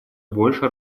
больше